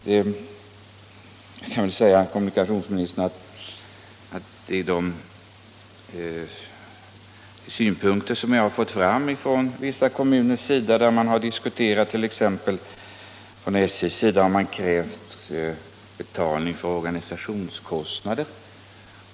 Jag kan väl för kommunikationsministern nämna de synpunkter som har framförts av vissa kommuner, där t. ex SJ har krävt betalning för organisationskostnader.